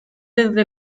desde